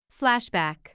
Flashback